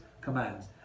commands